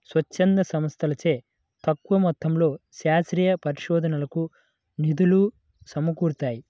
స్వచ్ఛంద సంస్థలచే తక్కువ మొత్తంలో శాస్త్రీయ పరిశోధనకు నిధులు సమకూరుతాయి